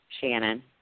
Shannon